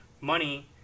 money